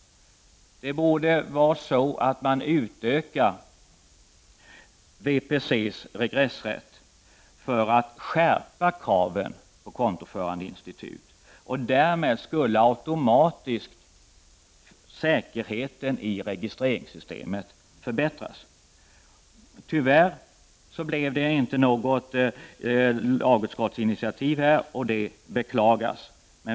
Värdepapperscentralens regressrätt borde utökas för att skärpa kraven på kontoförande institut. Därmed skulle automatiskt säkerheten i registreringssystemet förbättras. Tyvärr blev det inte något lagutskottsinitiativ här. Det beklagas.